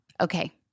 Okay